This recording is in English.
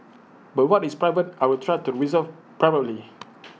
but what is private I will try to resolve privately